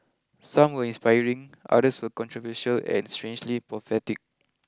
some were inspiring others were controversial and strangely prophetic